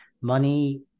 money